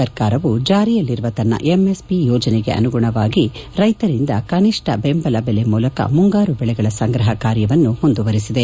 ಸರ್ಕಾರವು ಜಾರಿಯಲ್ಲಿರುವ ತನ್ನ ಎಂ ಎಸ್ ಪಿ ಯೋಜನೆಗೆ ಅನುಗುಣವಾಗಿ ರೈಕರಿಂದ ಕನಿಷ್ಟ ಬೆಂಬಲ ಬೆಲೆ ಮೂಲಕ ಮುಂಗಾರು ಬೆಳೆಗಳ ಸಂಗ್ರಹ ಕಾರ್ಯ ಮುಂದುವರಿಸಿದೆ